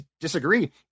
disagree